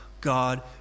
God